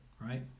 right